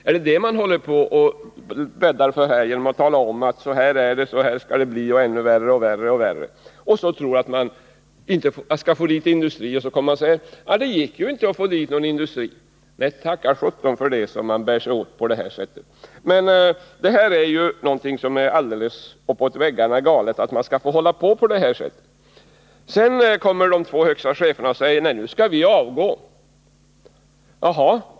Är det detta man bäddar för genom att tala om att allt kommer att bli värre och värre? Man tror att man skall få dit industrier, och sedan säger man: Det gick inte att få dit någon industri. Nej, tacka för det, när man bär sig åt på det här sättet! Det är alldeles uppåt väggarna galet att man skall få hålla på så här. Därefter säger de två högsta cheferna: Nu skall vi avgå.